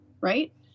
right